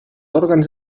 òrgans